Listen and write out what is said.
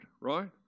right